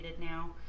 now